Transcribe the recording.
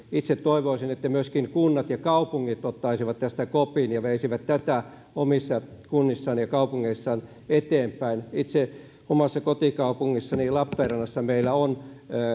itse toivoisin että myöskin kunnat ja kaupungit ottaisivat kopin ja veisivät tätä omissa kunnissaan ja kaupungeissaan eteenpäin omassa kotikaupungissani lappeenrannassa meillä on